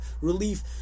relief